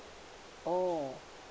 oh